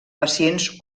pacients